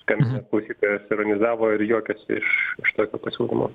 skambinęs klausytojas ironizavo ir juokėsi iš tokio pasiūlymo